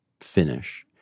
finish